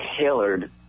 tailored